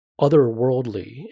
otherworldly